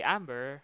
Amber